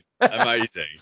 amazing